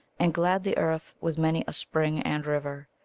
and glad the earth with many a spring and river.